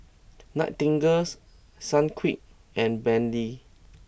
Nightingale Sunquick and Bentley